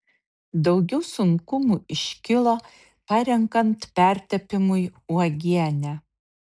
daugiau sunkumų iškilo parenkant pertepimui uogienę